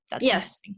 yes